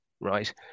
right